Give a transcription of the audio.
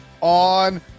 on